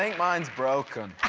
mine's broken.